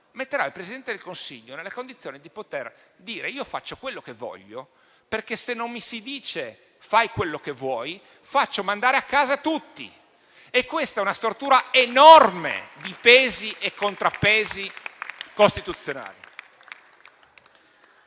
metterà il Presidente del Consiglio nelle condizioni di poter dire: io faccio quello che voglio, perché se non mi si dice fai quello che vuoi, faccio mandare a casa tutti. Questa è una stortura enorme rispetto ai pesi e contrappesi costituzionali.